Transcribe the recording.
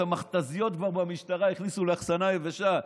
את המכת"זיות כבר המשטרה הכניסה לאחסנה יבשה,